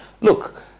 Look